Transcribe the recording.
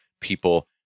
people